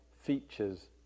features